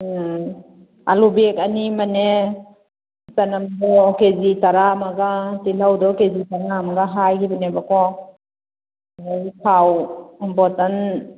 ꯎꯝ ꯑꯥꯂꯨ ꯕꯦꯛ ꯑꯅꯤ ꯑꯃꯅꯦ ꯆꯅꯝꯗꯣ ꯀꯦꯖꯤ ꯇꯔꯥ ꯑꯃꯒ ꯇꯤꯜꯍꯧꯗꯣ ꯀꯦꯖꯤ ꯃꯉꯥ ꯑꯃꯒ ꯍꯥꯏꯈꯤꯕꯅꯦꯕꯀꯣ ꯑꯗꯒꯤ ꯊꯥꯎ ꯕꯣꯇꯜ